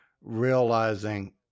realizing